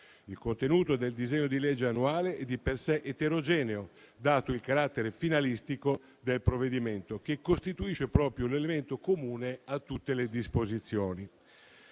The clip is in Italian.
Il contenuto del disegno di legge annuale è di per sé eterogeneo, dato il carattere finalistico del provvedimento, che costituisce proprio l'elemento comune a tutte le disposizioni.